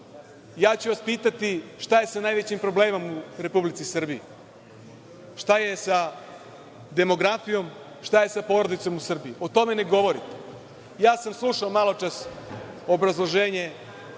ja ću vas pitati šta je sa najvećim problemom u Srbiji, šta je sa demografijom, šta je sa porodicom u Srbiji? O tome ne govorite. Maločas sam slušao obrazloženje